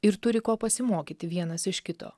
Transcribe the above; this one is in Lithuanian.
ir turi ko pasimokyti vienas iš kito